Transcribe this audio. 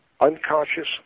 unconscious